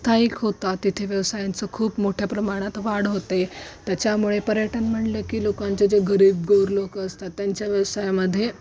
स्थायिक होतात तिथे व्यवसायांचं खूप मोठ्या प्रमाणात वाढ होते त्याच्यामुळे पर्यटन म्हणलं की लोकांचे जे गरीबगोर लोकं असतात त्यांच्या व्यवसायामध्ये